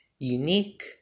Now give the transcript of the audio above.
unique